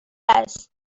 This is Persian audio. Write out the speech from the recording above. است